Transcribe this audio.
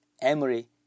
Emery